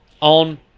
on